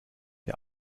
der